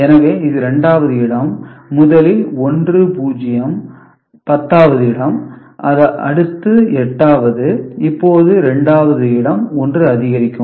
எனவே இது இரண்டாவது இடம் முதலில் 10 வது அடுத்து 8 வது இப்போது 2 வது இடம் ஒன்று அதிகரிக்கும்